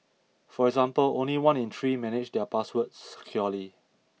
for example only one in three manage their passwords securely